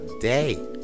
day